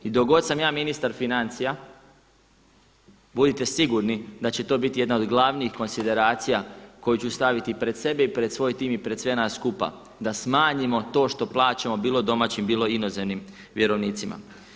I dok god sam ja ministar financija budite sigurni da će to biti jedna od glavnih konsideracija koju ću staviti pred sebe i pred svoj tim i pred sve nas skupa da smanjimo to što plaćamo bilo domaćim, bilo inozemnim vjerovnicima.